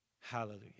Hallelujah